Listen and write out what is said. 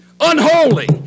Unholy